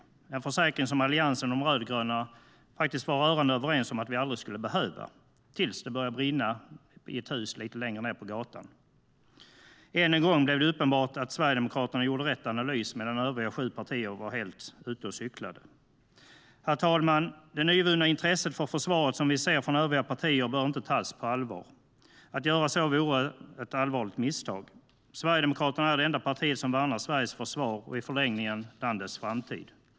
Det var en försäkring som Alliansen och de rödgröna var rörande överens om att vi aldrig skulle behöva, tills det började brinna i ett hus lite längre ned på gatan. Än en gång blev det uppenbart att det var Sverigedemokraterna som gjorde rätt analys, medan övriga sju partier var helt ute och cyklade. Herr talman! Det nyvunna intresset för försvaret från övriga partier bör inte tas på allvar. Det vore ett allvarligt misstag. Sverigedemokraterna är det enda partiet som värnar om Sveriges försvar, och i förlängningen landets framtid.